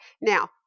Now